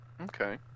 Okay